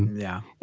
yeah.